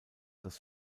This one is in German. das